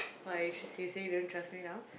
why you s~ say don't trust me now